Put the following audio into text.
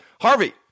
Harvey